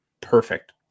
Perfect